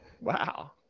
Wow